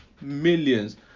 millions